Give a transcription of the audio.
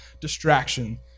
distraction